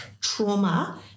trauma